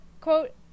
Quote